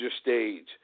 stage